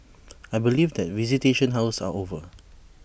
I believe that visitation hours are over